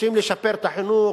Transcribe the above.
רוצים לשפר את החינוך,